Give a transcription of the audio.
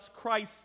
Christ